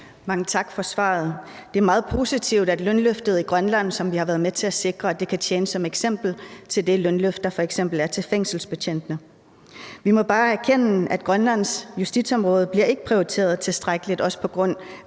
Mange tak for svaret. Det er meget positivt, at lønløftet i Grønland, som vi har været med til at sikre, kan tjene som eksempel til det lønløft, der f.eks. er til fængselsbetjentene. Vi må bare erkende, at Grønlands justitsområde ikke bliver prioriteret tilstrækkeligt på trods af